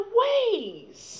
ways